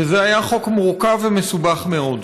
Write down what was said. וזה היה חוק מורכב ומסובך מאוד,